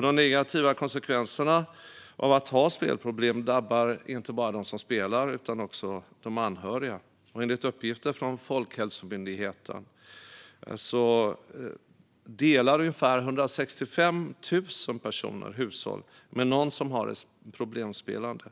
De negativa konsekvenserna av att ha spelproblem drabbar inte bara dem som spelar utan också de anhöriga. Enligt uppgifter från Folkhälsomyndigheten delar ungefär 165 000 personer hushåll med någon som har ett problemspelande.